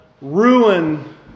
Ruin